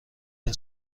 این